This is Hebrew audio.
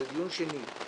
זה דיון שני.